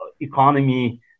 economy